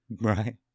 right